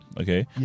Okay